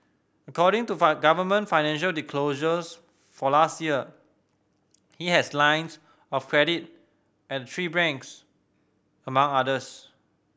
according to government financial disclosures for last year he has lines of credit at three banks among others